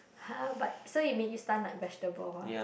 !huh! but so he make you stun like vegetable ah